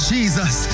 Jesus